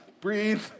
Breathe